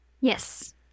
Yes